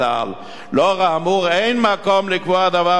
לאור האמור, אין מקום לקבוע הדבר בחקיקה,